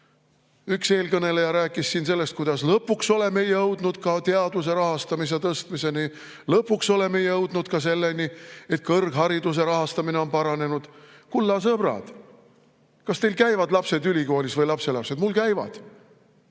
eelkõneleja rääkis siin sellest, kuidas lõpuks oleme jõudnud ka teaduse rahastamise tõstmiseni. Lõpuks oleme jõudnud ka selleni, et kõrghariduse rahastamine on paranenud. Kulla sõbrad! Kas teil käivad lapsed või lapselapsed ülikoolis?